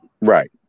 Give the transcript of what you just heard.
Right